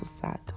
sad